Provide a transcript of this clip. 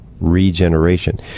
regeneration